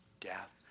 death